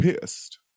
pissed